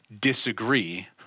disagree